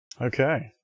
okay